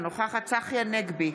אינה נוכחת צחי הנגבי,